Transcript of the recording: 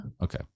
Okay